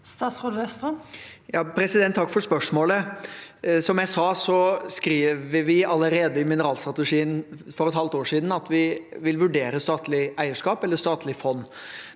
Vestre Takk for spørsmålet. Som jeg sa, skrev vi allerede i mineralstrategien for et halvt år siden at vi vil vurdere statlig eierskap eller et statlig fond.